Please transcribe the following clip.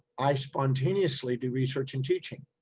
i spontaneously do research and teaching,